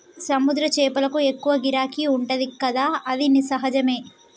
సముద్ర చేపలకు ఎక్కువ గిరాకీ ఉంటది కదా అది సహజమే